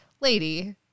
lady